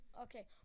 okay